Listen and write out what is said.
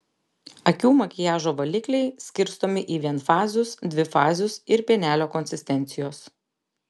akių makiažo valikliai skirstomi į vienfazius dvifazius ir pienelio konsistencijos